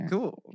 Cool